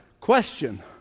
Question